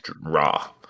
raw